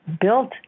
built